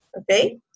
okay